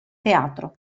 teatro